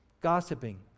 gossiping